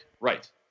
right